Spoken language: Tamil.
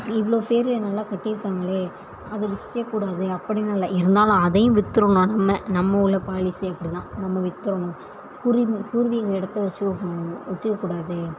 இவ்வளோ பேர் நல்லா கட்டி இருக்காங்கள்லே அதை விக்க கூடாது அப்படின்னு இல்லை இருந்தாலும் அதையும் விற்றுருன்னு நம்ம நம்ம உள்ள பாலிஸி அப்படி தான் நம்ம விற்றுருணும் பூர்வீக இடத்த வச்சுக்க கூடாது வச்சுக்க கூடாது